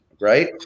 right